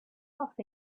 off